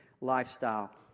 lifestyle